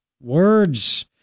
Words